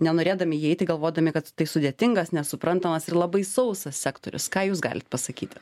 nenorėdami įeiti galvodami kad tai sudėtingas nesuprantamas ir labai sausas sektorius ką jūs galit pasakyti